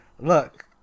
Look